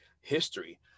history